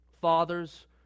fathers